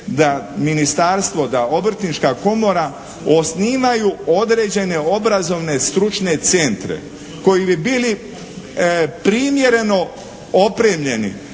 da ministarstvo da Obrtnička komora osnivaju određene obrazovne stručne centre koji bi bili primjereno opremljeni